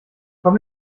komm